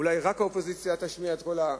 אולי רק האופוזיציה תשמיע את קולה,